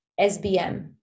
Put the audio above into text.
sbm